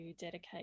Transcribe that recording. dedicate